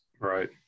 right